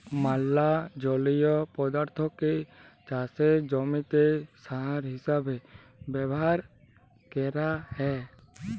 ম্যালা জলীয় পদাথ্থকে চাষের জমিতে সার হিসেবে ব্যাভার ক্যরা হ্যয়